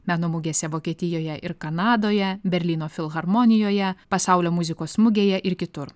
meno mugėse vokietijoje ir kanadoje berlyno filharmonijoje pasaulio muzikos mugėje ir kitur